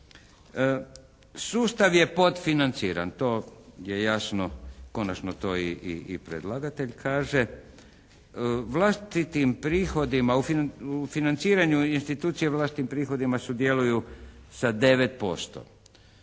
Sustav je podfinanciran. To je jasno, konačno to i predlagatelj kaže. Vlastitim prihodima, u financiranju institucija vlastitim prihodima sudjeluju sa 9%.